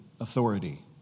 authority